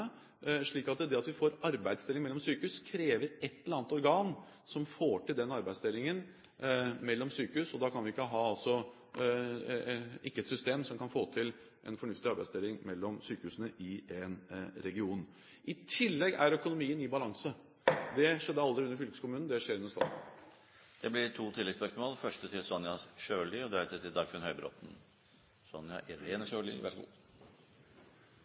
det at vi får en arbeidsdeling mellom sykehus, krever et eller annet organ som får til den arbeidsdelingen mellom sykehusene. Da kan vi ikke ha et system som ikke får til en fornuftig arbeidsdeling mellom sykehusene i en region. I tillegg er økonomien i balanse. Det skjedde aldri under fylkeskommunen. Det skjer under staten. Det blir to oppfølgingsspørsmål – først Sonja Irene Sjøli. Regjeringen har varslet at den vil legge fram en nasjonal helseplan til